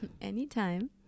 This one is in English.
anytime